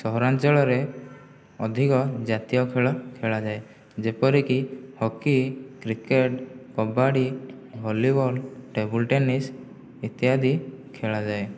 ସହରାଞ୍ଚଳରେ ଅଧିକ ଜାତୀୟ ଖେଳ ଖେଳାଯାଏ ଯେପରିକି hockey cricket kabaddi volleyball table tennis ଇତ୍ୟାଦି ଖେଳାଯାଏ